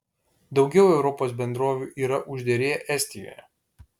daugiau europos bendrovių yra užderėję estijoje